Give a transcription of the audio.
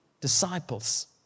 disciples